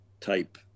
type